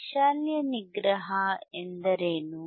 ವೈಶಾಲ್ಯ ನಿಗ್ರಹ ಎಂದರೇನು